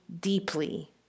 deeply